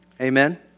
Amen